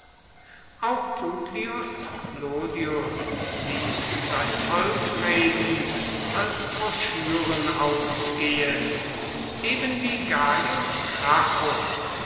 auch publius clodius ließ seine volksreden als broschüren ausgehen ebenwie